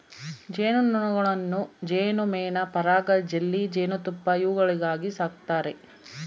ಜೇನು ನೊಣಗಳನ್ನು ಜೇನುಮೇಣ ಪರಾಗ ಜೆಲ್ಲಿ ಜೇನುತುಪ್ಪ ಇವುಗಳಿಗಾಗಿ ಸಾಕ್ತಾರೆ